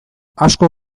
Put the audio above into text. asko